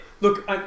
Look